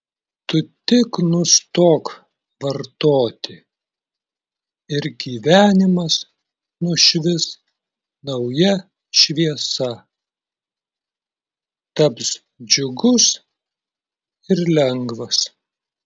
tu tik nustok vartoti ir gyvenimas nušvis nauja šviesa taps džiugus ir lengvas